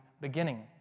beginning